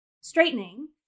straightening